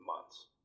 months